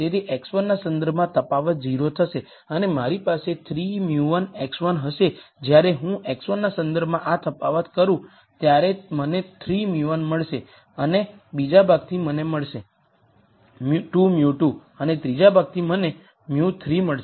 તેથી x1 ના સંદર્ભમાં તફાવત 0 થશે અને મારી પાસે 3 μ1 x1 હશે જ્યારે હું x1 ના સંદર્ભમાં આ તફાવત કરું ત્યારે મને 3 μ1 મળશે અને બીજા ભાગથી મને મળશે 2 μ2 અને ત્રીજા ભાગથી મને μ3 મળશે